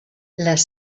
les